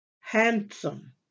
handsome